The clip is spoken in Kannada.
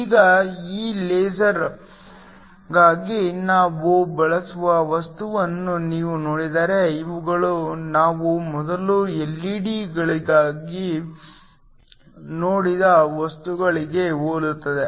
ಈಗ ಲೇಸರ್ಗಾಗಿ ನಾವು ಬಳಸುವ ವಸ್ತುಗಳನ್ನು ನೀವು ನೋಡಿದರೆ ಇವುಗಳು ನಾವು ಮೊದಲು ಎಲ್ಇಡಿಗಳಿಗಾಗಿ ನೋಡಿದ ವಸ್ತುಗಳಿಗೆ ಹೋಲುತ್ತವೆ